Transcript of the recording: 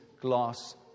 glass